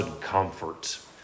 comfort